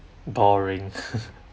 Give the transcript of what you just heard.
boring